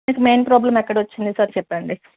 మీకు main problem ఎక్కడ వచ్చింది సార్ చెప్పండి